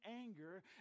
anger